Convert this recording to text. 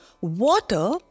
water